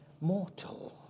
mortal